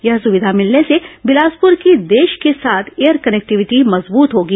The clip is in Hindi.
यह सुविधा मिलने से बिलासपुर की देश के साथ एयर कनेक्टिविटी मजबूत होगी